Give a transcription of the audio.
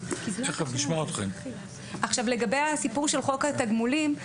לגבי חוק התגמולים.